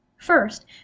First